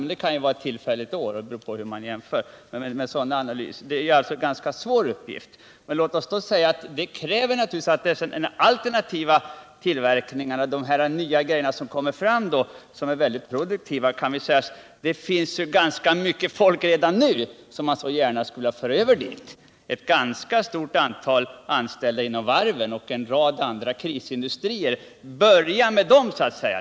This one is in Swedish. Men det kan ju vara fråga om ett visst år, och det beror på hur man jämför. En sådan analys är en ganska svår uppgift. När det gäller alternativ tillverkning och de nya produkterna som kommer fram, kan man konstatera att det redan nu finns ganska mycket folk som man gärna skulle vilja föra över till den produktionen. Börja med ett ganska stort antal anställda inom varven och en rad andra krisindustrier!